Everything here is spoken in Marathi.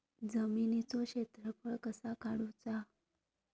जमिनीचो क्षेत्रफळ कसा काढुचा?